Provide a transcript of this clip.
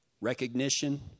recognition